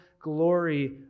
glory